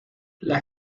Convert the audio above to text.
las